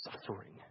suffering